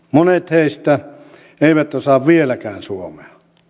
monet heistä eivät osaa vieläkään suomea